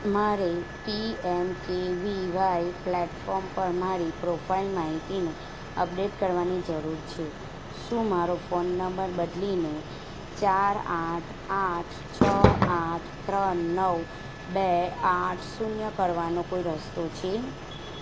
મારે P M K V Y platform પર મારી પ્રોફાઇલ માહિતીને અપડેટ કરવાની જરૂર છે શું મારો ફોન નંબર બદલીને ચાર આઠ આઠ છ આઠ ત્રણ નવ બે આઠ શૂન્ય કરવાનો કોઈ રસ્તો છે